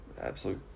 absolute